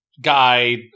guy